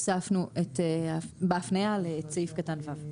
בהפניה הוספנו את סעיף קטן (ו).